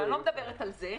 אני לא מדברת על זה,